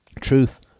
truth